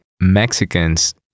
Mexicans